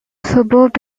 suburb